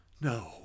no